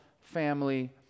family